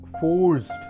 forced